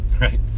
right